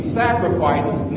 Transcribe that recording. sacrifices